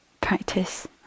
practice